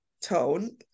tone